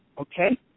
Okay